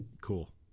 Cool